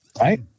right